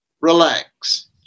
relax